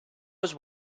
was